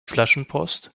flaschenpost